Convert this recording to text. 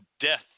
death